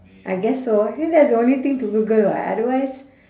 I guess so I feel that's the only thing to google [what] otherwise